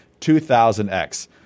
2000X